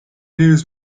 news